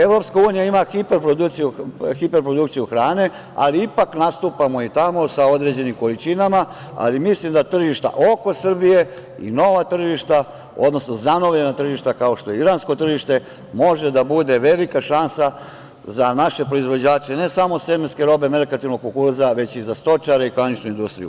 Evropska unija ima hiperprodukciju hrane, ali ipak nastupamo i tamo sa određenim količinama, ali mislim da tržišta oko Srbije i nova tržišta, odnosno zanovljena tržišta, kao što je iransko tržište, mogu da budu velika šansa za naše proizvođače ne samo sezonske robe, merkantilnog kukuruza, već i za stočare i klaničnu industriju.